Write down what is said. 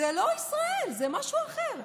זאת לא ישראל, זה משהו אחר.